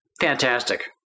fantastic